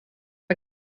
mae